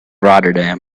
rotterdam